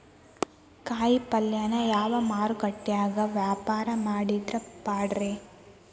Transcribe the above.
ಕಾಯಿಪಲ್ಯನ ಯಾವ ಮಾರುಕಟ್ಯಾಗ ವ್ಯಾಪಾರ ಮಾಡಿದ್ರ ಪಾಡ್ರೇ?